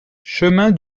chemin